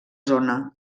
zona